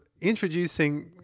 introducing